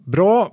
Bra